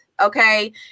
okay